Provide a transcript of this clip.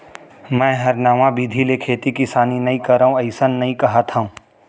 मैं हर नवा बिधि ले खेती किसानी नइ करव अइसन नइ कहत हँव